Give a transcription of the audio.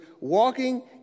walking